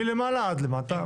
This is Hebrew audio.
מלמעלה עד למטה.